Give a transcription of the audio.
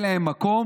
אין להן מקום,